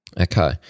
Okay